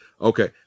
okay